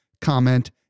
comment